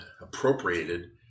appropriated